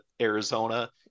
Arizona